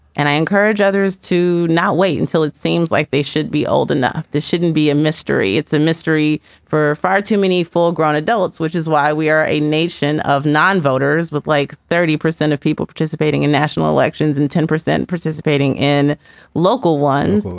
and i encourage others to not wait until it seems like they should be old enough. this shouldn't be a mystery. it's a mystery for far too many full grown adults, which is why we are a nation of non-voters with like thirty percent of people participating in national elections and ten percent participating in local ones.